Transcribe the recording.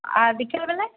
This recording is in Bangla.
আর বিকেলবেলায়